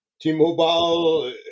T-Mobile